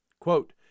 Quote